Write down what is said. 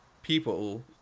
people